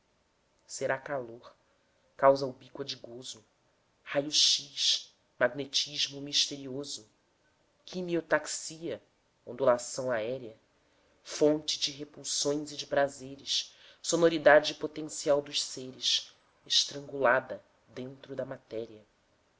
será calor causa ubíqua de gozo raio x magnetismo misterioso quimiotaxia ondulação aérea fonte de repulsões e de prazeres sonoridade potencial dos seres estrangulada dentro da matéria